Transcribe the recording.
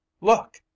Look